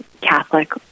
Catholic